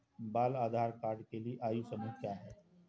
बाल आधार कार्ड के लिए आयु समूह क्या है?